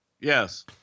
Yes